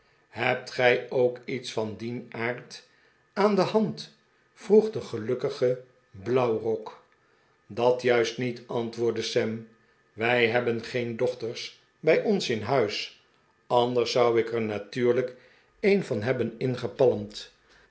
hebt gij ook iets van dien aard aan de hand vroeg de gelukkige blauwrok dat juist niet antwoordde sam wij hebben geen dochters bij ons in huisj anders zou ik er natuurlijk een van hebben ingepalmd